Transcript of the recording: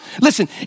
Listen